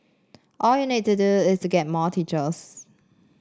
all you need to do is to get more teachers